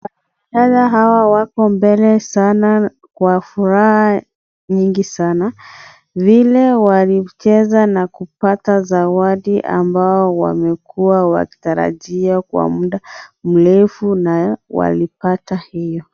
Wanariadha hawa wako mbele sana kwa furaha nyingi sana vile walicheza na kupata zawadi ambao wamekuwa wakitarajia kwa muda mrefu na walipata hio.